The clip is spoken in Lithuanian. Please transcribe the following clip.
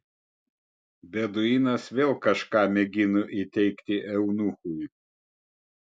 beduinas vėl kažką mėgino įteigti eunuchui